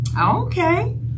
Okay